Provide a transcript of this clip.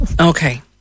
Okay